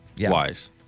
wise